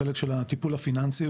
בחלק של הטיפול הפיננסי,